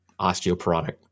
osteoporotic